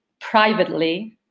privately